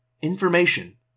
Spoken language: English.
information